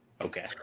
Okay